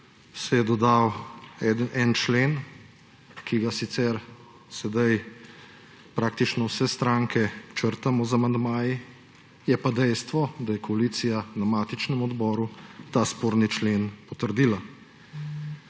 se je dodal en člen, ki ga sicer sedaj praktično vse stranke črtamo z amandmaji. Je pa dejstvo, da je koalicija na matičnem odboru ta sporni člen potrdila.